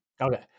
Okay